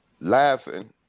Laughing